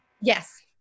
Yes